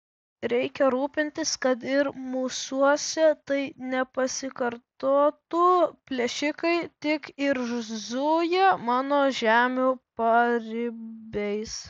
reikia rūpintis kad ir mūsuose tai nepasikartotų plėšikai tik ir zuja mano žemių paribiais